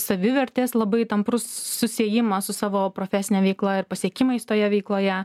savivertės labai tamprus susiejimas su savo profesine veikla ir pasiekimais toje veikloje